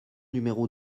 numéro